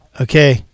okay